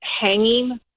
hanging